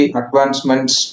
advancements